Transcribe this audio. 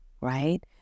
right